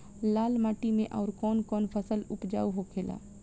लाल माटी मे आउर कौन कौन फसल उपजाऊ होखे ला?